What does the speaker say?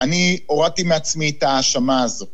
אני הורדתי מעצמי את ההאשמה הזאת.